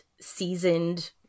seasoned